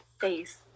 face